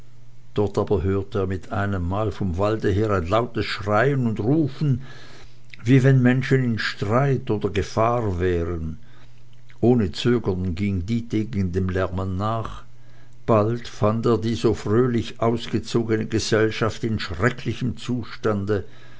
dort aber hörte er mit einem mal vom walde her ein lautes schreien und rufen wie wenn menschen in streit oder gefahr wären ohne zögern ging dietegen dem lärmen nach bald fand er die so fröhlich ausgezogene gesellschaft in schrecklichem zustande